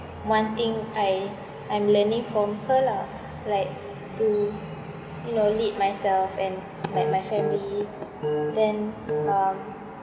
one thing I I'm learning from her lah like to you know lead myself and like my family then um